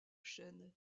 chaîne